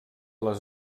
les